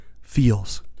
feels